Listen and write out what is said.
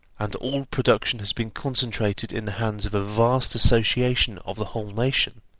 and all production has been concentrated in the hands of a vast association of the whole nation,